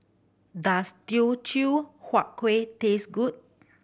does Teochew Huat Kueh taste good